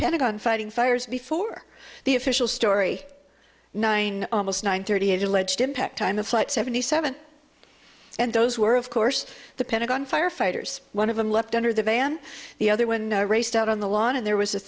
pentagon fighting fires before the official story nine almost nine thirty eight alleged impact time of flight seventy seven and those were of course the pentagon firefighters one of them left under the van the other when i raced out on the lawn and there was a